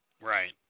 Right